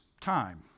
time